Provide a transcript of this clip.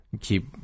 keep